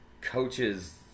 coaches